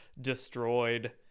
Destroyed